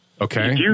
Okay